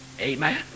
Amen